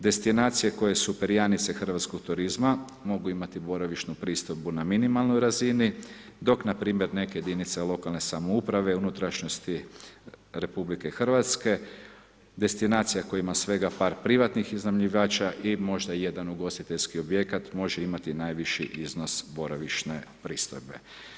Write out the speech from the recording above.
Destinacije koje su perjanice hrvatskog turizma mogu imati boravišnu pristojbu na minimalnoj razini, dok npr. neke jedinice lokalne samouprave u unutrašnjosti RH, destinacija koja ima svega par privatnih iznajmljivača i možda jedan ugostiteljski objekat može imati najviši iznos boravišne pristojbe.